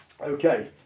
Okay